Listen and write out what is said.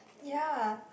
ya